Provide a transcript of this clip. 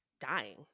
dying